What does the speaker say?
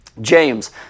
James